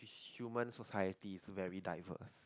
human society is very diverse